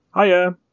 Hiya